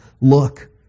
look